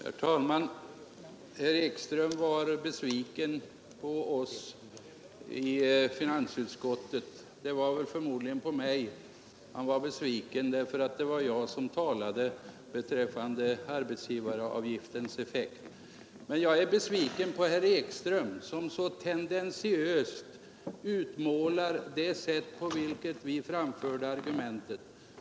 Herr talman! Herr Ekström var besviken på oss reservanter i finansutskottet — förmodligen mest på mig, eftersom det var jag som talade om arbetsgivaravgiftens effekt. Men jag är besviken på herr Ekström, som så tendentiöst utmålar vårt sätt att argumentera.